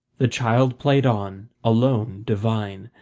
the child played on, alone, divine,